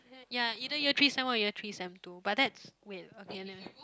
ya either year three sem one or year three sem two but that's wait okay